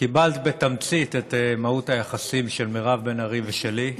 קיבלת בתמצית את מהות היחסים של מירב בן ארי ושלי: